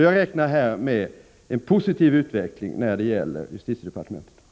Jag räknar med en positiv utveckling när det gäller justitiedepartementet.